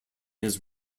his